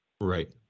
Right